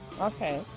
Okay